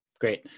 Great